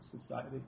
Society